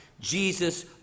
Jesus